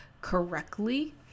correctly